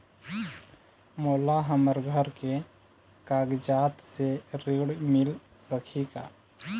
मोला हमर घर के कागजात से ऋण मिल सकही का?